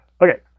Okay